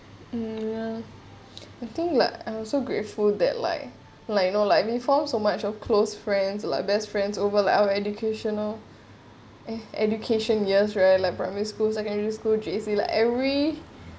mm ya I think lah I also grateful that like like you know like me for so much of close friends like best friends over like our educational eh education years right like primary school secondary school J_C like every